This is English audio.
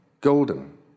golden